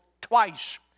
twice